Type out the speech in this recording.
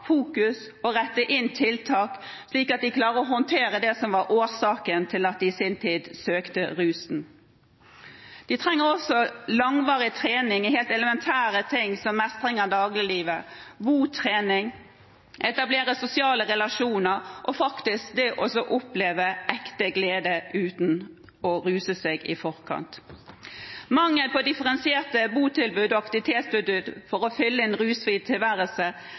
fokus på og rette inn tiltak, slik at de klarer å håndtere det som var årsaken til at de i sin tid søkte rusen. De trenger også langvarig trening i helt elementære ting som mestring av dagliglivet, botrening, etablere sosiale relasjoner og det å oppleve ekte glede uten å ruse seg i forkant. Mangel på differensierte botilbud og aktivitetstilbud for å fylle en rusfri tilværelse